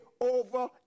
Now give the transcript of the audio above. over